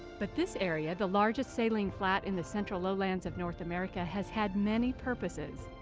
but this area. the largest saline flat in the central lowlands of north america. has had many purposes.